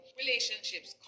relationships